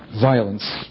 violence